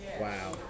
Wow